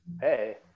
Hey